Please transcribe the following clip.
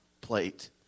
plate